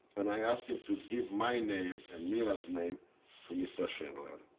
and i asked him to give my name and mila's name to mr. schindler.